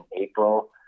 April